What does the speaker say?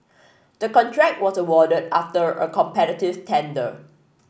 the contract was awarded after a competitive tender